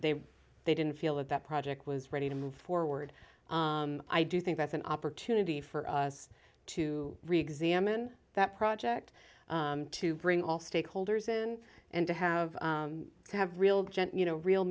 they they didn't feel that that project was ready to move forward i do think that's an opportunity for us to reexamine that project to bring all stakeholders in and to have to have real gent you know real